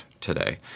today